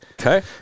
Okay